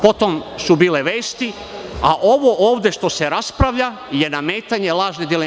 Potom su bile vesti, a ovo ovde što se raspravlja je nametanje lažne dileme.